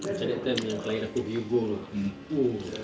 macam that time yang client aku hugo tu !whoa!